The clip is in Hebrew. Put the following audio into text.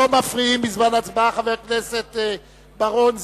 לא מפריעים בזמן הצבעה, חבר הכנסת בר-און.